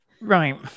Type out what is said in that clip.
Right